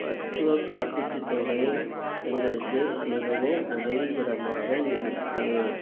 மருத்துவ காப்பீட்டு தொகை எங்களுக்கு மிகவும் உதவிகரமாக இருக்குது